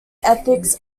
ethics